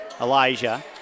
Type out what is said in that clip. Elijah